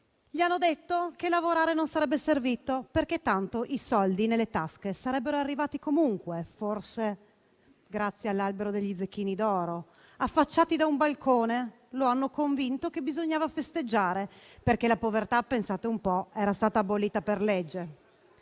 Gli hanno detto che lavorare non sarebbe servito, perché tanto i soldi nelle tasche sarebbero arrivati comunque, forse grazie all'albero degli zecchini d'oro. Affacciati da un balcone, lo hanno convinto che bisognava festeggiare, perché la povertà - pensate un po' - era stata abolita per legge.